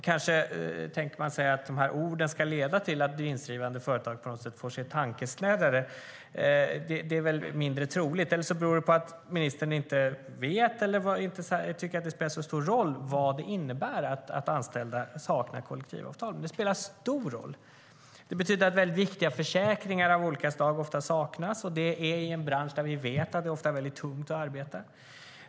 Kanske tänker hon sig att orden ska leda till att vinstdrivande företag på något sätt får sig en tankeställare - det är väl mindre troligt - eller också beror det på att ministern inte vet, eller inte tycker att det spelar så stor roll, vad det innebär att anställda saknar kollektivavtal. Det spelar stor roll. Det betyder att viktiga försäkringar av olika slag ofta saknas - och det i en bransch där vi vet att det ofta är väldigt tungt att arbeta.